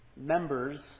members